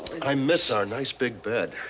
i miss our nice, big bed.